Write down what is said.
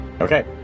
Okay